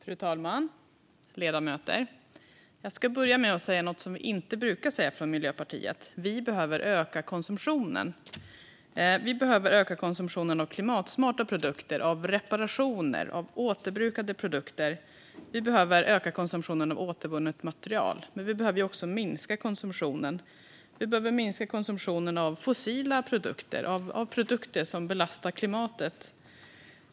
Fru talman och ledamöter! Jag ska börja med att säga något som vi inte brukar säga från Miljöpartiet: Vi behöver öka konsumtionen. Vi behöver öka konsumtionen av klimatsmarta produkter, reparationer, återbrukade produkter och återvunnet material. Men vi behöver också minska konsumtionen. Vi behöver minska konsumtionen av fossila produkter och produkter som belastar klimatet.